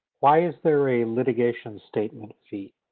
why is there a litigation statement?